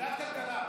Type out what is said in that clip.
ועדת הכלכלה.